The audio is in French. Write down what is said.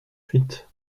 huit